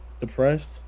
depressed